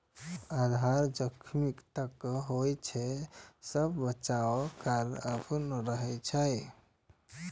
आधार जोखिम तब होइ छै, जब बचाव कार्य अपूर्ण रहै छै